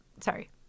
sorry